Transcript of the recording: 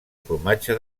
formatge